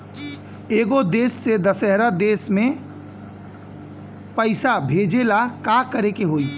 एगो देश से दशहरा देश मे पैसा भेजे ला का करेके होई?